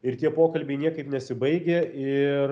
ir tie pokalbiai niekaip nesibaigia ir